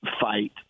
fight